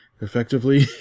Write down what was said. effectively